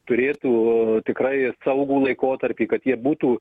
turėtų tikrai saugų laikotarpį kad jie būtų